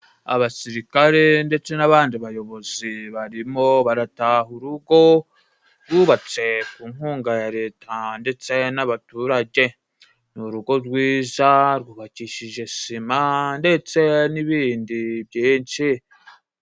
Abasirikare ndetse n'abandi bayobozi barimo barataha urugo bubatse ku nkunga ya Leta ndetse n'abaturage, ni urugo rwiza rwubakishije sima ndetse n'ibindi byinshi.